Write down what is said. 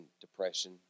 depression